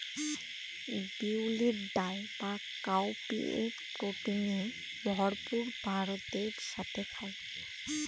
বিউলির ডাল বা কাউপিএ প্রোটিনে ভরপুর ভাতের সাথে খায়